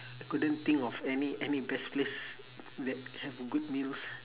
I couldn't think of any any best place that have good meals